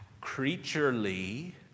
creaturely